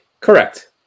Correct